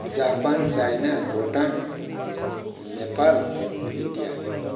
Japan China Bhutan Nepal India